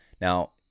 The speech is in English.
Now